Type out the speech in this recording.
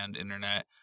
internet